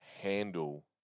handle